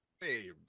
Hey